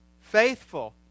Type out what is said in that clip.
faithful